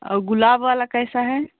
और गुलाब वाला कैसा है